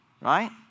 right